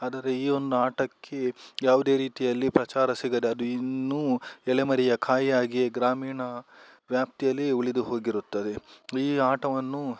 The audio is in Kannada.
ಆದರೆ ಈ ಒಂದು ಆಟಕ್ಕೆ ಯಾವುದೇ ರೀತಿಯಲ್ಲಿ ಪ್ರಚಾರ ಸಿಗದೆ ಅದು ಇನ್ನೂ ಎಲೆಮರೆಯ ಕಾಯಿಯ ಹಾಗೆ ಗ್ರಾಮೀಣ ವ್ಯಾಪ್ತಿಯಲ್ಲಿ ಉಳಿದು ಹೋಗಿರುತ್ತದೆ ಈ ಆಟವನ್ನು